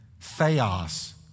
theos